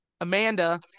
Amanda